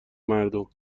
مردم